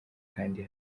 kandi